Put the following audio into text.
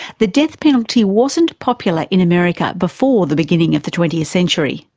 the death penalty wasn't popular in america before the beginning of the twentieth century.